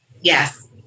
Yes